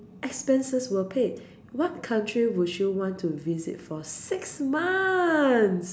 expenses were paid what country would you want to visit for six months